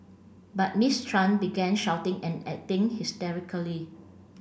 but Miss Tran began shouting and acting hysterically